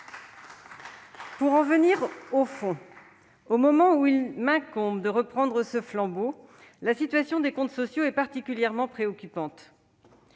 Pour en venir au fond, au moment où il m'incombe de reprendre ce flambeau, la situation des comptes sociaux est particulièrement préoccupante.